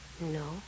No